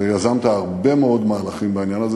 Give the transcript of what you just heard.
ויזמת הרבה מאוד מהלכים בעניין הזה.